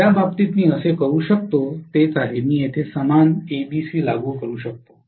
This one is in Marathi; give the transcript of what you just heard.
ज्या बाबतीत मी करू शकतो तेच आहे मी येथे समान एबीसी लागू करू शकतो